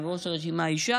אם ראש הרשימה היא אישה,